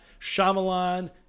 Shyamalan